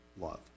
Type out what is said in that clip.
love